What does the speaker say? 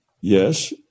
yes